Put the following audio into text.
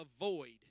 avoid